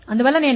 dWdt10dV E